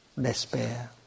despair